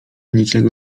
niczego